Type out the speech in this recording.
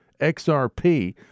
XRP